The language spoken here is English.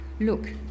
Look